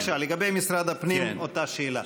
בבקשה, לגבי משרד הפנים אותה שאלה.